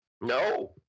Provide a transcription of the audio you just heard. No